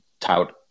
tout